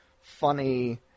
funny